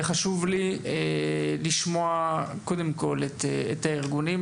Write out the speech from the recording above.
היה חשוב לי לשמוע קודם כל את הארגונים.